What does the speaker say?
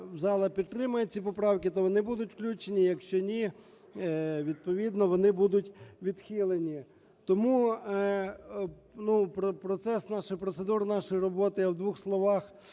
зала підтримає ці поправки, то вони будуть включені, якщо ні - відповідно вони будуть відхилені. Тому процес, процедуру нашої роботи я в двох словах